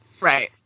right